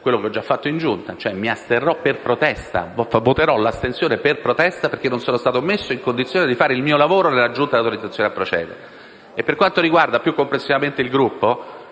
quello che ho già fatto in Giunta, cioè mi asterrò per protesta, voterò l'astensione per protesta, perché non sono stato messo in condizione di fare il mio lavoro nella Giunta delle elezioni e delle